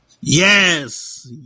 Yes